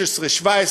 16,000,